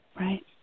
Right